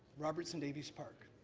robertson davies park,